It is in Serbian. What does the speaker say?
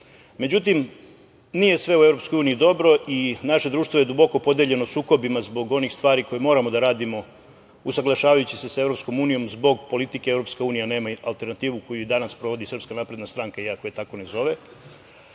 tržištu.Međutim, nije sve u EU dobro i naše društvo je duboko podeljeno sukobima zbog onih stvari koje moramo da radimo, usaglašavajući se sa EU zbog politike „EU nema alternativu“, koju i danas sprovodi SNS, iako je tako ne zove.